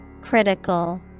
Critical